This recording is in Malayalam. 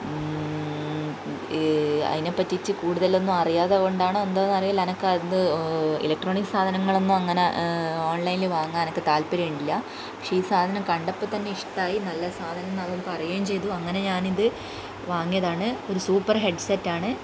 അതിനെ പറ്റിയിട്ട് കൂടുതലൊന്നും അറിയാതെ കൊണ്ടാണ് എന്താന്ന് അറിയില്ല എനിക്കത് ഇലക്ട്രോണിക് സാധനങ്ങളൊന്നും അങ്ങനെ ഓൺലൈൻല് വാങ്ങാനെനിക്ക് താല്പര്യമില്ല പക്ഷേ ഈ സാധനം കണ്ടപ്പോൾ തന്നെ ഇഷ്ടമായി നല്ല സാധനംന്നവൻ പറയുവേം ചെയ്തു അങ്ങനെ ഞാനിത് വാങ്ങിയതാണ് ഒരു സൂപ്പറ് ഹെഡ്സെറ്റാണ്